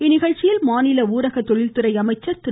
இந்நிகழ்ச்சியில் மாநில ஊரக தொழில் துறை அமைச்சர் திரு